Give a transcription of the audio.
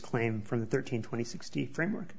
claim from the thirteen twenty sixty frame